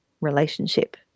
relationship